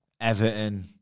Everton